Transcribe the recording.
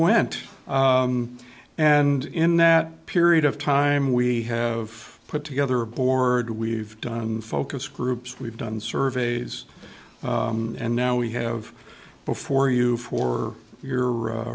went and in that period of time we have put together a board we've done focus groups we've done surveys and now we have before you for your